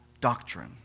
doctrine